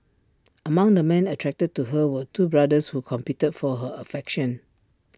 among the men attracted to her were two brothers who competed for her affection